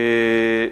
אוקיי.